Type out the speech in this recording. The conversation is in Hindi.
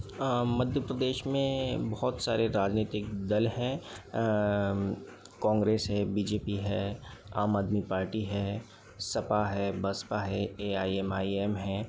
हाँ मध्य प्रदेश में बहुत सारे राजनीतिक दल हैं कांग्रेस है बीजेपी है आम आदमी पार्टी है सपा है बसपा है एआईएमआईएम है